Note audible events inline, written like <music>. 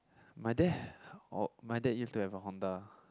my dad <breath> or my dad used to have a Honda